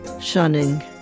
shunning